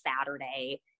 Saturday